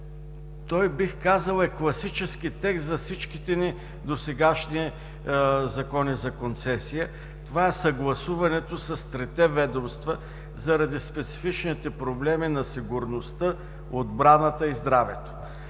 той е класически текст за всичките ни досегашни закони за концесия – това е съгласуването с трите ведомства, заради специфичните проблеми на сигурността, отбраната и здравето.